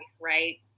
right